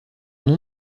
nom